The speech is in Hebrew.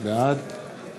בעד